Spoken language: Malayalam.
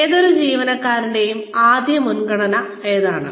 ഏതൊരു ജീവനക്കാരന്റെയും ആദ്യ മുൻഗണന ഏതാണ്